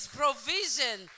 provision